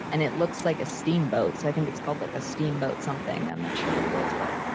and it looks like a steamboat. so i think it's called like a steamboat something. i'm not sure what it is, but,